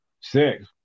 Six